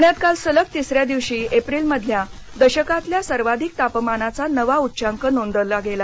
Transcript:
पूण्यात काल सलग तिसऱ्या दिवशी एप्रीलमधल्या दशकातल्या सर्वाधिक तापमानाचा नवा उच्चांक नोंदला गेला